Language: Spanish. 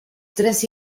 tres